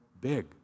big